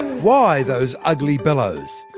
why those ugly bellows?